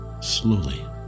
slowly